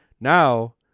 now